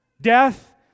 Death